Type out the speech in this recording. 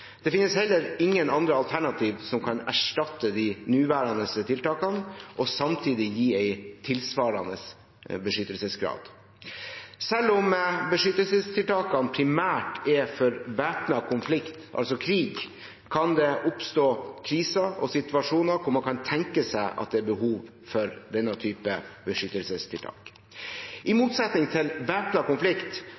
Det finnes heller ingen andre alternativ som kan erstatte de nåværende tiltakene og samtidig gi en tilsvarende beskyttelsesgrad. Selv om beskyttelsestiltakene primært er for væpnet konflikt, altså krig, kan det oppstå kriser og situasjoner hvor man kan tenke seg at det er behov for denne type beskyttelsestiltak. I